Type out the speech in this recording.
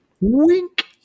Wink